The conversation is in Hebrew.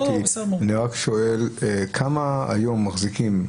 אני רק שואל כמה היום מחזיקים,